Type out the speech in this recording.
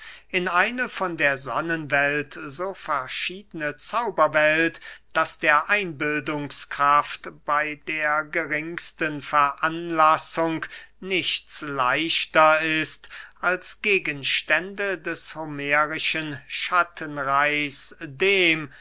in eine von der sonnenwelt so verschiedene zauberwelt daß der einbildungskraft bey der geringsten veranlassung nichts leichter ist als gegenstände des homerischen schattenreichs dem